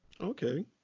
Okay